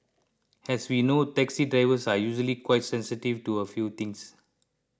as we know taxi drivers are usually quite sensitive to a few things